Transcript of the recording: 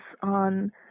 on